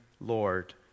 Lord